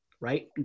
Right